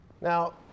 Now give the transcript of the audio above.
Now